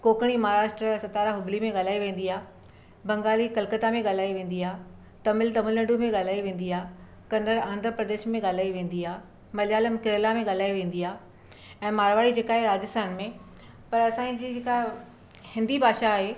कोंकणी महाराष्ट्र सतारा हुगली में ॻाल्हाए वेंदी आहे बंगाली कलकत्ता में ॻाल्हाए वेंदी आहे तमिल तमिलनाडु में ॻाल्हाए वेंदी आहे कन्नड़ आंध्र प्रदेश में ॻाल्हाए वेंदी आहे मलयालम केरला में ॻाल्हाए वेंदी आहे ऐं मारवाड़ी जेका आहे राजस्थान में पर असांजी जीअं जेका हिंदी भाषा आहे